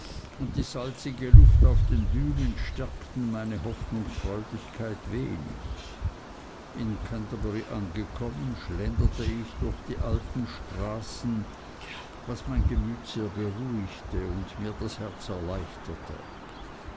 und die salzige luft auf den dünen stärkten meine hoffnungsfreudigkeit ein wenig in canterbury angekommen schlenderte ich durch die alten straßen was mein gemüt sehr beruhigte und mir das herz erleichterte